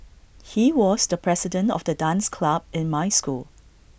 he was the president of the dance club in my school